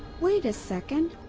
wait a second.